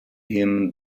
him